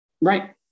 Right